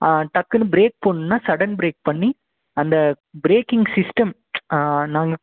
டக்குன்னு பிரேக் போட்ணுன்னா sudden brake பண்ணி அந்த பிரேக்கிங் சிஸ்டம் நாங்கள்